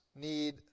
need